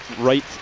right